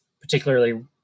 particularly